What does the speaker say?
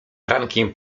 rankiem